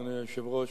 אדוני היושב-ראש,